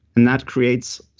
and that creates.